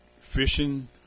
fishing